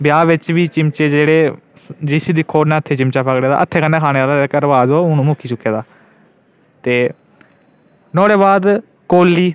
ब्याह् बिच बी चिमचे जेह्ड़े जिसी दिक्खो उ'न्नै हत्थै चिमचा पकड़े दा हत्थै कन्नै खाने आह्ला रवाज जेह्का ओह् मुक्की चुके दा ते नुआढ़े बाद कौल्ली